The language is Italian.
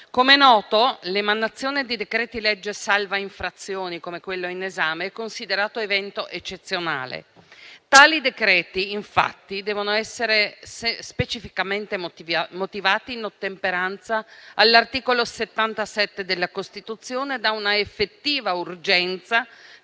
come è noto l'emanazione di decreti-legge salva-infrazioni, come quello in esame, è considerato evento eccezionale. Tali provvedimenti, infatti, devono essere specificamente motivati, in ottemperanza all'articolo 77 della Costituzione, da una effettiva urgenza